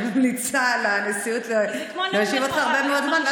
אני ממליצה לנשיאות להושיב אותך להרבה מאוד זמן,